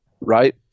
right